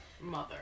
mother